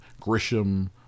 Grisham